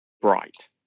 bright